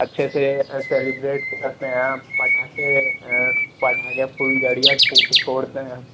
अच्छे से सेलिब्रेट करते हैं पटाखे पटाखे फुलझड़ियाँ छूट छोड़ते हैं